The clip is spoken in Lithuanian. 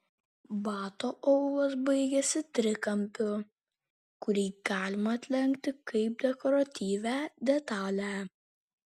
bato aulas baigiasi trikampiu kurį galima atlenkti kaip dekoratyvią detalę